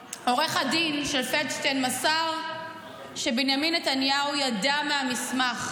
היום עורך הדין של פלדשטיין מסר שבנימין נתניהו ידע מהמסמך.